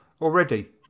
already